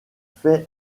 fait